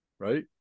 right